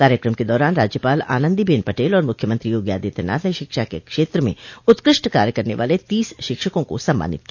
कार्यक्रम के दौरान राज्यपाल आनन्दी बेन पटेल और मुख्यमंत्री योगी आदित्यनाथ ने शिक्षा के क्षेत्र म उत्कृष्ट कार्य करने वाले इकतीस शिक्षकों को सम्मानित किया